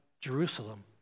Jerusalem